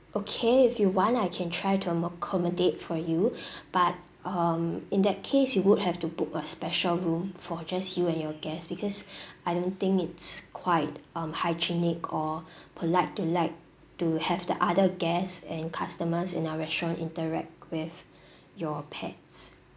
okay if you want I can try to mo~ accommodate for you but um in that case you would have to book a special room for just you and your guests because I don't think it's quite um hygienic or polite to like to have the other guests and customers in our restaurant interact with your pets